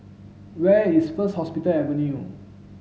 where is First Hospital Avenue